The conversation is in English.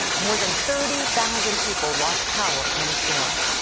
more than thirty thousand people lost power in the storm.